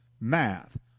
math